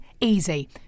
easy